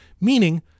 meaning